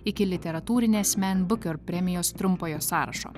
iki literatūrinės man booker premijos trumpojo sąrašo